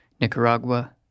Nicaragua